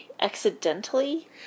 accidentally